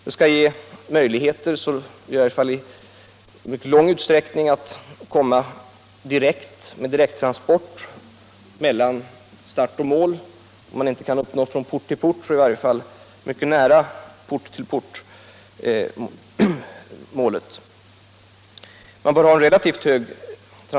Det skall ge möjlighet — i varje fall i mycket stor utsträckning = till direkttransport mellan start och mål; transporthastigheten bör av effektivitetsskäl vara relativt hög.